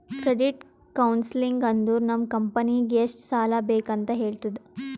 credit counselling ಅಂದುರ್ ನಮ್ ಕಂಪನಿಗ್ ಎಷ್ಟ ಸಾಲಾ ಬೇಕ್ ಅಂತ್ ಹೇಳ್ತುದ